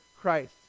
Christ